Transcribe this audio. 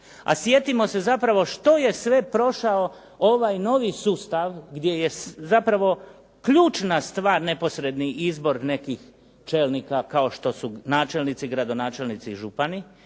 A sjetimo se zapravo što je sve prošao ovaj novi sustav gdje je zapravo ključna stvar neposredni izbor nekih čelnika kao što su načelnici, gradonačelnici i župani